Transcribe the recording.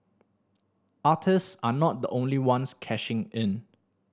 artist are not the only ones cashing in